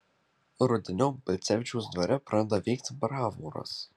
rudeniop balcevičiaus dvare pradeda veikti bravoras